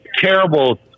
terrible